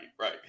right